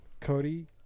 Cody